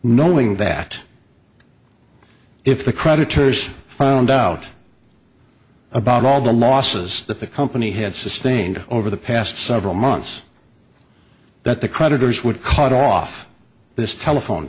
knowing that if the creditors found out about all the losses that the company had sustained over the past several months that the creditors would cut off this telephone